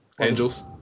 Angels